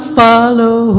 follow